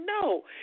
no